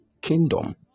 kingdom